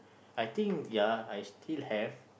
I think ya I still have